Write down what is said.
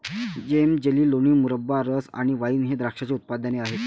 जेम, jelly, लोणी, मुरब्बा, रस आणि वाइन हे द्राक्षाचे उत्पादने आहेत